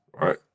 right